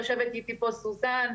יושבת איתי פה סוזן.